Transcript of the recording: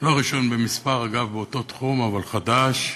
לא ראשון במספר, אגב, באותו תחום, אבל חדש.